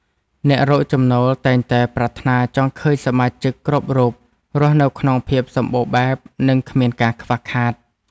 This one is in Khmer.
អ្នករកចំណូលតែងតែប្រាថ្នាចង់ឃើញសមាជិកគ្រប់រូបរស់នៅក្នុងភាពសម្បូរបែប និងគ្មានការខ្វះខាត។